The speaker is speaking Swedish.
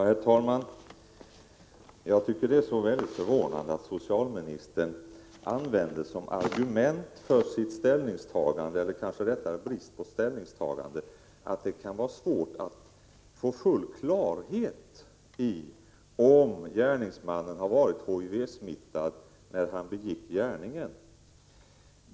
Herr talman! Jag tycker att det är mycket förvånande att socialministern som argument för sitt ställningstagande, eller kanske rättare sagt brist på ställningstagande, använder att det kan vara svårt att få full klarhet i om gärningsmannen har varit HIV-smittad när han begick gärningen.